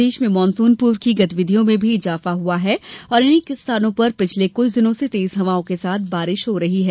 प्रदेश में मानसून पूर्व की गतिविधियों में भी इजाफा हुआ है और अनेक स्थानों पर पिछले कुछ दिनों से तेज हवाओं के साथ बारिश हो रही है